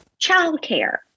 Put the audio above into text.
Childcare